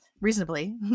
reasonably